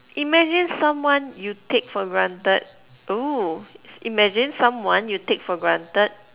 imagine someone you take for granted oo imagine someone you take for granted